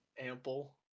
Ample